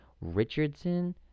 Richardson